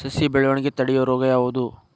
ಸಸಿ ಬೆಳವಣಿಗೆ ತಡೆಯೋ ರೋಗ ಯಾವುದು?